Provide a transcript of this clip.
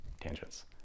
tangents